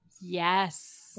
Yes